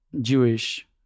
Jewish